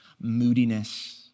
moodiness